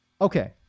okay